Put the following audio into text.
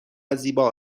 زیبا